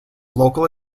local